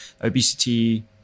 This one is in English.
obesity